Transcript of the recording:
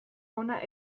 ona